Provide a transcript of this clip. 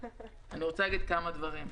אני רוצה להגיד כמה דברים.